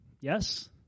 Yes